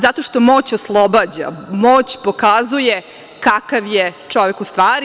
Zato što moć oslobađa, moć pokazuje kakav je čovek u stvari.